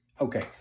Okay